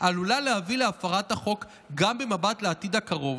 העלולה להביא להפרת החוק גם במבט לעתיד הקרוב,